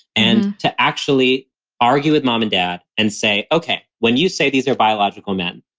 and to actually argue with mom and dad and say, ok, when you say these are biological men,